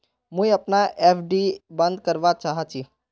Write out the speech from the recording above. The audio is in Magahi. मुई अपना एफ.डी बंद करवा चहची